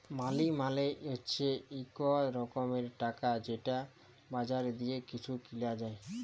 মালি মালে হছে ইক রকমের টাকা যেট বাজারে দিঁয়ে কিছু কিলা যায়